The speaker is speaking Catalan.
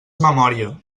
memòria